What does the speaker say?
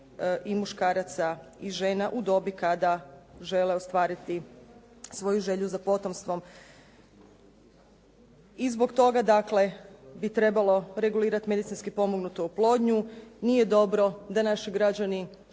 i muškaraca i žena u dobi kada žene ostvariti svoju želju za potomstvom. I zbog toga dakle bi trebalo regulirati medicinski pomognutu oplodnju. Nije dobro da naši građani